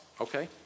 Okay